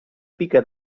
pica